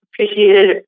appreciated